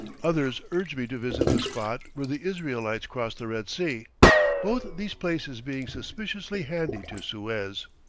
others urge me to visit the spot where the israelites crossed the red sea both these places being suspiciously handy to suez.